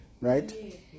Right